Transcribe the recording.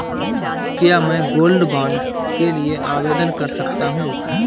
क्या मैं gold bond के लिए आवेदन कर सकता हूं?